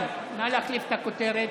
נא להחליף את הכותרת.